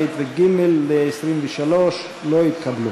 ב' וג' ל-23 לא התקבלו.